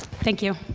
thank you.